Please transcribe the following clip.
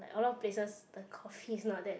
like a lot of places the coffee is not that